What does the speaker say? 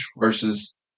versus